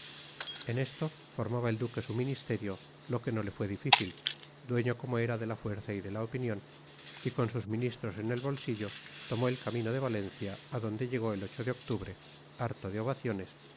en esto formaba el duque su ministerio lo que no le fue difícil dueño como era de la fuerza y de la opinión y con sus ministros en el bolsillo tomó el camino de valencia a donde llegó el de octubre harto de ovaciones